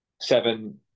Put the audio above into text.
seven